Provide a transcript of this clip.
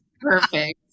Perfect